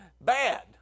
Bad